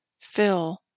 fill